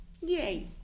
yay